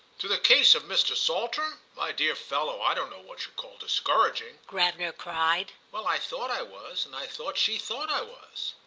to the case of mr. saltram? my dear fellow, i don't know what you call discouraging! gravener cried. well i thought i was, and i thought she thought i was.